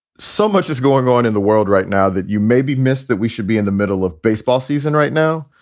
so much is going on in the world right now that you may be missed, that we should be in the middle of baseball season right now.